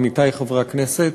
עמיתי חברי הכנסת,